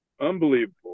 Unbelievable